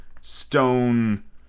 Stone